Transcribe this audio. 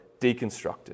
deconstructed